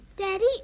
Daddy